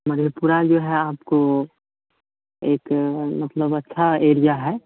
मधेपुरा जो है आपको एक मतलब अच्छा एरिया है